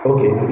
Okay